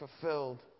fulfilled